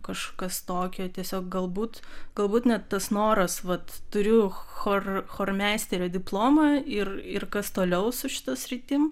kažkas tokio tiesiog galbūt galbūt net tas noras vat turiu chor chormeisterio diplomą ir ir kas toliau su šita sritim